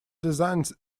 designed